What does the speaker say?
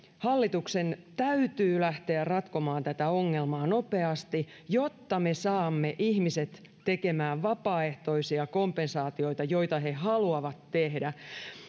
hallituksen täytyy lähteä ratkomaan tätä ongelmaa nopeasti jotta me saamme ihmiset tekemään vapaaehtoisia kompensaatioita joita he haluavat tehdä